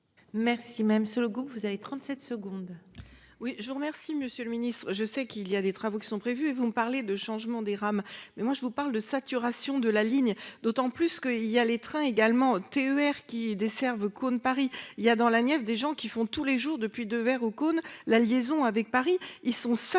Merci, même sur le groupe, vous avez 37 secondes. Oui, je vous remercie Monsieur le Ministre, je sais qu'il y a des travaux qui sont prévus et vous me parlez de changement des rames, mais moi je vous parle de saturation de la ligne d'autant plus qu'il y a les trains également TER qui desserve cours de Paris il y a dans la Nièvre, des gens qui font tous les jours depuis 2 au comme la liaison avec Paris, ils sont saturés,